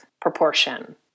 proportion